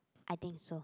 I think so